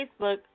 Facebook